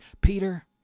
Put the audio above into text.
Peter